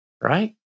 right